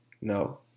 No